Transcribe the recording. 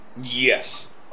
Yes